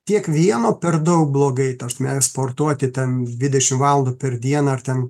tiek vieno per daug blogai ta prasme sportuoti ten dvidešim valandų per dieną ar ten